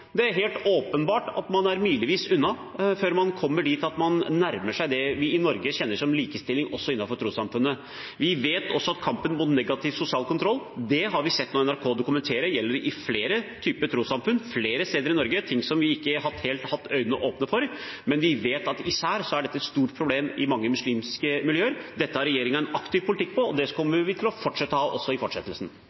Det er helt åpenbart at man er milevis unna å komme dit at man nærmer seg det vi i Norge kjenner som likestilling, også innenfor trossamfunnene. Negativ sosial kontroll har vi nå sett NRK dokumentere gjelder flere typer trossamfunn, flere steder i Norge. Det er ting som vi ikke helt har hatt øynene åpne for, men vi vet at især er dette et stort problem i mange muslimske miljøer. Kampen mot dette har regjeringen en aktiv politikk på, og det kommer vi til å ha også i fortsettelsen.